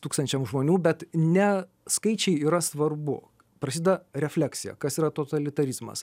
tūkstančiams žmonių bet ne skaičiai yra svarbu prasideda refleksija kas yra totalitarizmas